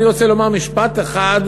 אני רוצה לומר משפט אחד.